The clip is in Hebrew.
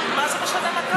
מה זה משנה מתי?